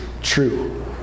true